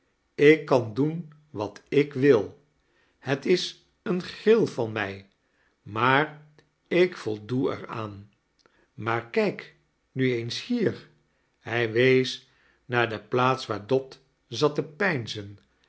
ik kan doen wat ik wil het is een gril van mij maar ik voldoe er aaji maar kijk nu eens hier hij wees naar de plaats waar dot zat te